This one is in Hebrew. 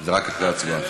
זה רק אחרי הצבעה.